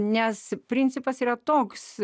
nes principas yra toks